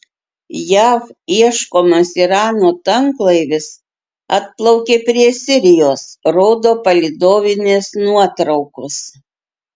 jav ieškomas irano tanklaivis atplaukė prie sirijos rodo palydovinės nuotraukos